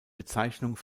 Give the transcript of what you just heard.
bezeichnung